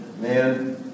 Man